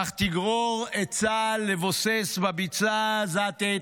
כך תגרור את צה"ל לבוסס בביצה העזתית,